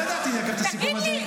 לא ידעתי, אגב, את הסיכום הזה.